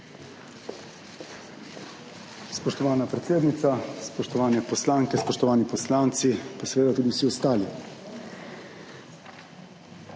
Spoštovana predsednica, spoštovane poslanke, spoštovani poslanci in seveda tudi vsi ostali.